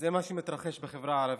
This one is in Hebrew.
זה מה שמתרחש בחברה הערבית.